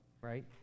right